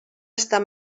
estar